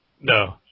No